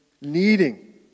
needing